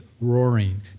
roaring